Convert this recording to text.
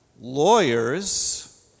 lawyers